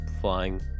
Flying